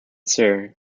sir